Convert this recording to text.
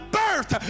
birth